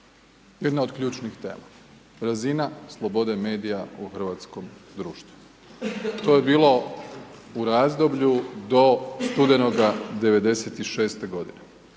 jedna od ključnih tema. Razina slobode medija u hrvatskom društvu. To je bilo u razdoblju do studenoga 1996. godine.